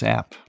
app